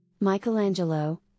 Michelangelo